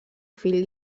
fill